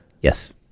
Yes